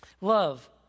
Love